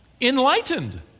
Enlightened